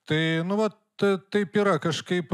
tai nu vat taip yra kažkaip